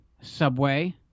subway